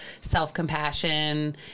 self-compassion